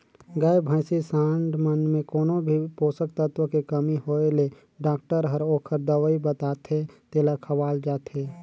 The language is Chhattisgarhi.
गाय, भइसी, सांड मन में कोनो भी पोषक तत्व के कमी होय ले डॉक्टर हर ओखर दवई बताथे तेला खवाल जाथे